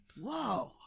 Whoa